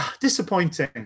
Disappointing